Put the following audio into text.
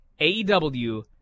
AEW